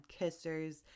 kissers